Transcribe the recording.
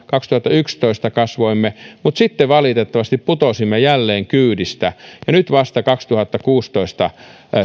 kaksituhattayksitoista kasvoimme mutta sitten valitettavasti putosimme jälkeen kyydistä ja vasta kaksituhattakuusitoista